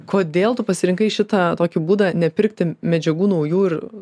kodėl tu pasirinkai šitą tokį būdą nepirkti medžiagų naujų ir